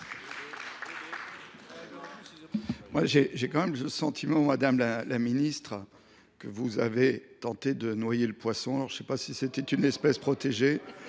J’ai malgré tout le sentiment, madame la ministre, que vous avez tenté de noyer le poisson. Je ne sais pas s’il s’agissait d’une espèce protégée,